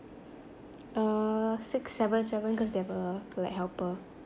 uh six seven seven cause they have a like helper